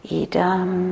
idam